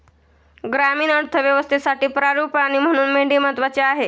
ग्रामीण अर्थव्यवस्थेसाठी पाळीव प्राणी म्हणून मेंढी महत्त्वाची आहे